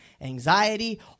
anxiety